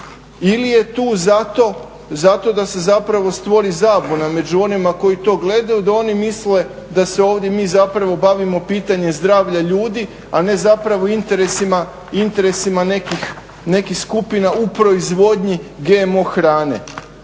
ili je tu zato da se zapravo stvori zabuna među onima koji to gledaju, da oni misle da se ovdje mi zapravo bavimo pitanjem zdravlja ljudi a ne zapravo interesima nekih skupina u proizvodnji GMO hrane.